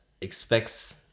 expects